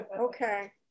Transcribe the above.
Okay